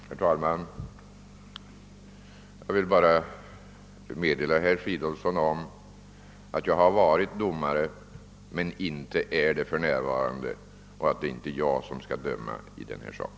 Herr talman! Jag vill bara meddela herr Fridolfsson i Stockholm att jag visserligen har varit domare men inte är det för närvarande; det är inte jag som skall döma i denna sak.